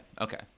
Okay